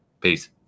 Peace